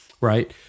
right